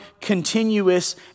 continuous